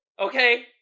okay